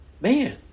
Man